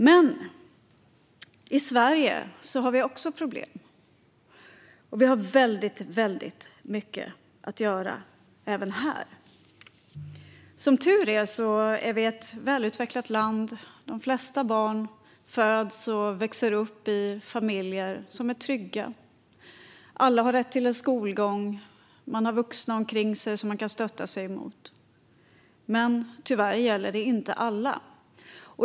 Men i Sverige har vi också problem, och vi har väldigt mycket att göra även här. Sverige är som tur är ett välutvecklat land, och de flesta barn växer upp i familjer som är trygga. Alla har rätt till skolgång. De flesta har vuxna omkring sig som de kan stötta sig mot, men tyvärr gäller det inte alla.